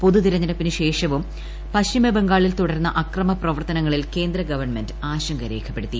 പൊതുതിരഞ്ഞെടുപ്പിനുശേഷവും പശ്ചിമ ബംഗാളിൽ തുട രുന്ന അക്രമ പ്രവർത്തനങ്ങളിൽ കേന്ദ്ര ഗവൺമെന്റ് ആശങ്ക രേഖപ്പെ ടുത്തി